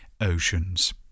oceans